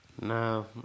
No